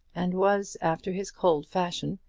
and was, after his cold fashion,